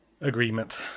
agreement